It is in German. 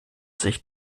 sich